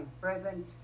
present